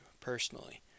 personally